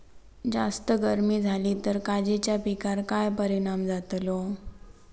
जास्त गर्मी जाली तर काजीच्या पीकार काय परिणाम जतालो?